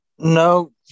No